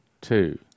two